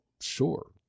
sure